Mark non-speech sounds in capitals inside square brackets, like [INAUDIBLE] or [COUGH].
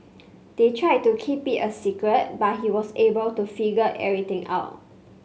[NOISE] they tried to keep it a secret but he was able to figure everything out